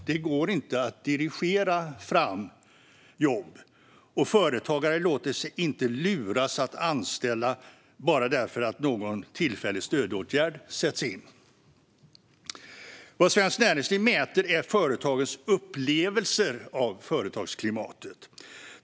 Det går inte att dirigera fram jobb, och företagare låter sig inte luras att anställa bara för att någon tillfällig stödåtgärd sätts in. Vad Svenskt Näringsliv mäter är företagens upplevelser av företagsklimatet.